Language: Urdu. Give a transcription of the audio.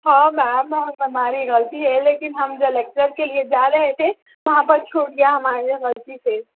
ہاں میم وہ تو ہماری غلطی ہے لیکن ہم جو لیکچر کے لیے جا رہے تھے وہاں پر چھوٹ گیا ہماری غلطی سے